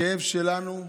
הכאב שלנו גדול,